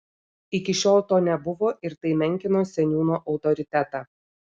iki šiol to nebuvo ir tai menkino seniūno autoritetą